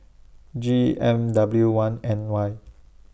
G M W one N Y